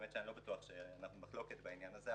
ואני לא בטוח שאנחנו במחלוקת בעניין הזה,